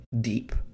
Deep